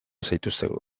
zaituztegu